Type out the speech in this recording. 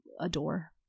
adore